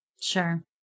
Sure